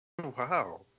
Wow